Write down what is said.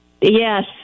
Yes